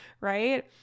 right